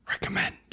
recommend